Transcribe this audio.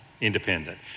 independent